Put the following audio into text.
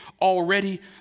already